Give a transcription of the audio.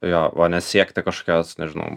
jo o nesiekti kažkokios nežinau